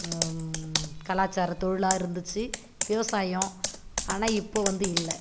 கலாச்சாரத் தொழிலாக இருந்துச்சு விவசாயம் ஆனால் இப்போ வந்து இல்லை